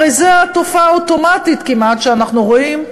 הרי זו התופעה האוטומטית-כמעט שאנחנו רואים,